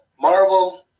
Marvel